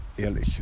ehrlich